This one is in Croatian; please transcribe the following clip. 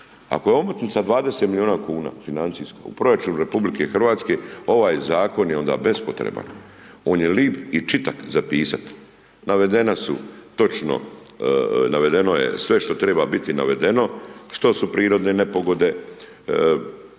ako je omotnica 20 milijuna kuna financijska u proračunu RH, ovaj Zakon je onda bespotreban. On je lip i čitak za pisat. Navedena su točno, navedeno je sve što triba biti navedeno, što su prirodne nepogode,